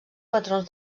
patrons